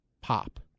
pop